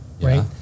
right